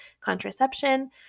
contraception